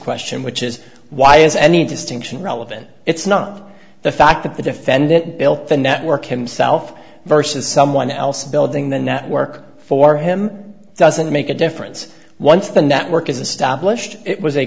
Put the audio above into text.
question which is why is any distinction relevant it's not the fact that the defendant built the network himself versus someone else building the network for him doesn't make a difference once the network is established it was a